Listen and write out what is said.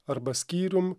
arba skyrium